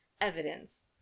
evidence